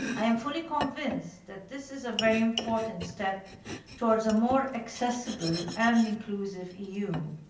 i am fully convinced that this is a very important step towards a more accessible and inclusive eu.